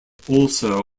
also